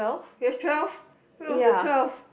we have twelve where was the twelfth